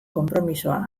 konpromisoa